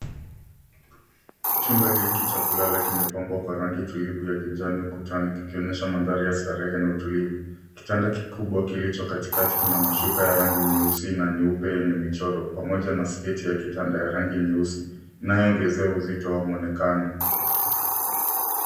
Chumba hiki cha kulala kimepambwa kwa rangi tulivu ya kijani ukutani, ikionyesha mandhari ya starehe tulivu. Kitanda kikubwa kilicho katikati kina mashuka ya rangi nyeusi na nyeupe yenye michoro pamoja na sketi ya kitanda ya rangi nyeusi inayoongeza uzito wa mwonekano.